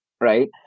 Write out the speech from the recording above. right